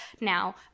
Now